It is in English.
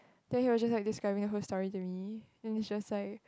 then he was just like describing the whole story to me then it's just like